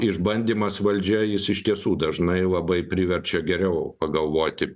išbandymas valdžia jis iš tiesų dažnai labai priverčia geriau pagalvoti